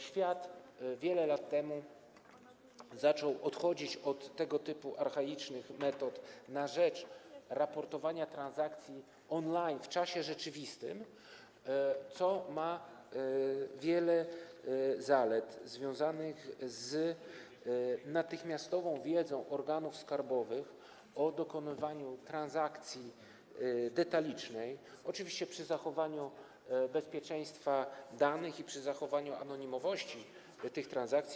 Świat wiele lat temu zaczął odchodzić od tego typu archaicznych metod na rzecz raportowania transakcji on-line, w czasie rzeczywistym, co ma wiele zalet związanych z natychmiastową wiedzą organów skarbowych o dokonywaniu transakcji detalicznej, oczywiście z zachowaniem bezpieczeństwa danych i z zachowaniem anonimowości tych transakcji.